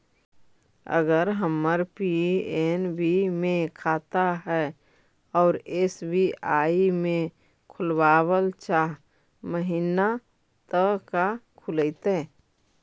अगर हमर पी.एन.बी मे खाता है और एस.बी.आई में खोलाबल चाह महिना त का खुलतै?